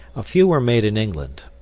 a few were made in england.